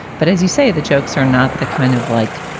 but as you say, the jokes are not the kind of like